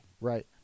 Right